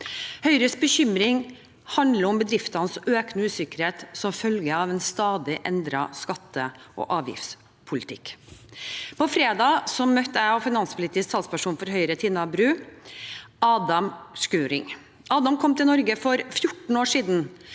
Høyres bekymring handler om bedriftenes økende usikkerhet som følge av en stadig endret skatte- og avgiftspolitikk. På fredag møtte jeg og Tina Bru, finanspolitisk talsperson for Høyre, Adam Scheuring. Adam kom til Norge for 14 år siden